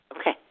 Okay